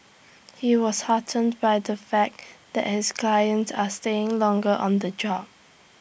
he was heartened by the fact that his clients are staying longer on the job